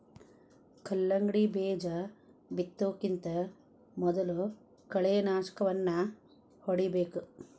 ಕಲ್ಲಂಗಡಿ ಬೇಜಾ ಬಿತ್ತುಕಿಂತ ಮೊದಲು ಕಳೆನಾಶಕವನ್ನಾ ಹೊಡಿಬೇಕ